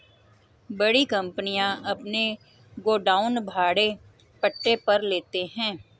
बड़ी कंपनियां अपने गोडाउन भाड़े पट्टे पर लेते हैं